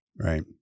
Right